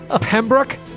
Pembroke